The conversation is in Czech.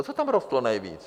Co tam rostlo nejvíc?